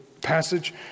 passage